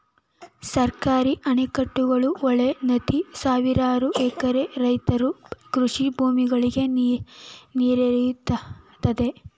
ಸರ್ಕಾರಿ ಅಣೆಕಟ್ಟುಗಳು, ಹೊಳೆ, ನದಿ ಸಾವಿರಾರು ಎಕರೆ ರೈತರ ಕೃಷಿ ಭೂಮಿಗಳಿಗೆ ನೀರೆರೆಯುತ್ತದೆ